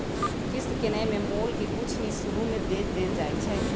किस्त किनेए में मोल के कुछ हिस शुरू में दे देल जाइ छइ